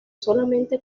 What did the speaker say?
solamente